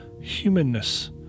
humanness